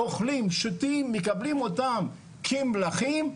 אוכלים, שותים, מקבלים אותם כמלכים.